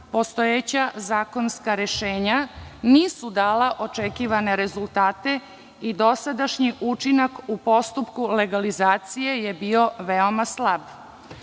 postojeća zakonska rešenja nisu dala očekivane rezultate i dosadašnji učinak u postupku legalizacije je bio veoma slab. Na